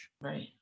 Right